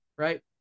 Right